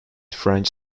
french